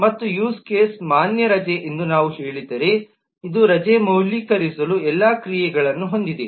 ಮತ್ತು use case ಮಾನ್ಯ ರಜೆ ಎಂದು ನಾವು ಹೇಳಿದರೆ ಇದು ರಜೆ ಮೌಲ್ಯೀಕರಿಸಲು ಎಲ್ಲಾ ಕ್ರಿಯೆಗಳನ್ನು ಹೊಂದಿದೆ